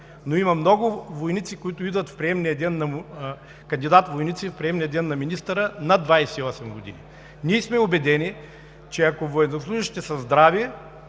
но има много кандидат-войници, които идват в приемния ден на министъра, над 28 години. Ние сме убедени, че ако военнослужещите са здрави